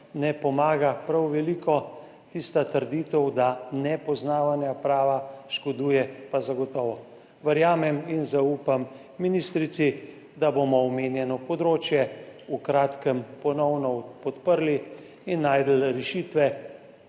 ne pomaga prav veliko, tista trditev, da nepoznavanje prava škoduje, pa zagotovo. Verjamem in zaupam ministrici, da bomo omenjeno področje v kratkem ponovno odprli in našli rešitve,